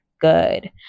good